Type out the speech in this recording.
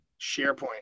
sharepoint